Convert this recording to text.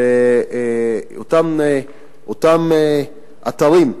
ואותם אתרים,